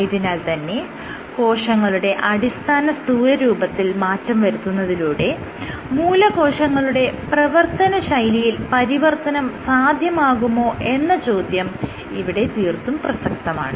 ആയതിനാൽ തന്നെ കോശങ്ങളുടെ അടിസ്ഥാന സ്ഥൂലരൂപത്തിൽ മാറ്റം വരുത്തുന്നതിലൂടെ മൂലകോശങ്ങളുടെ പ്രവർത്തനശൈലിയിൽ പരിവർത്തനം സാധ്യമാകുമോ എന്ന ചോദ്യം ഇവിടെ തീർത്തും പ്രസക്തമാണ്